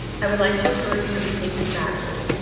i would like to encourage you to rethink this action.